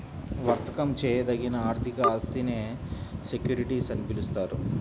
వర్తకం చేయదగిన ఆర్థిక ఆస్తినే సెక్యూరిటీస్ అని పిలుస్తారు